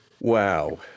wow